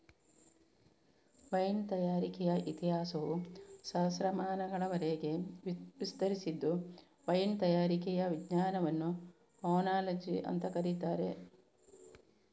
wine ತಯಾರಿಕೆಯ ಇತಿಹಾಸವು ಸಹಸ್ರಮಾನಗಳವರೆಗೆ ವಿಸ್ತರಿಸಿದ್ದು ವೈನ್ ತಯಾರಿಕೆಯ ವಿಜ್ಞಾನವನ್ನ ಓನಾಲಜಿ ಅಂತ ಕರೀತಾರೆ